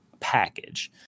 package